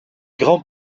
grand